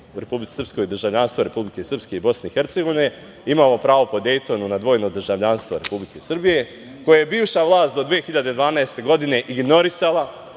Republici Srpskoj državljanstvo Republike Srpske i BiH, imamo pravo po Dejtonu na dvojno državljanstvo Republike Srbije koje je bivša vlast do 2012. godine ignorisala